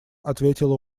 ответила